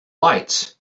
lights